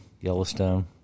Yellowstone